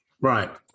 Right